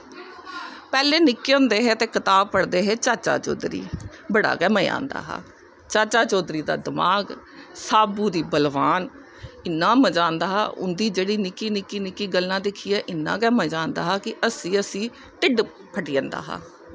पैह्लें निक्के होंदे हे ते कताब पढ़दे हे चाचा चौधरी बड़ा गै मज़ा औंदा हा चाचा चौधरी दा दमाक साबू दी बलबान इन्ना मज़ा आंदा हा उं'दी निक्की निक्की गल्लां दिक्खियै इन्नै गै मज़ा आंदा हा कि हस्सी हस्सी ढिड फटी जंदा हा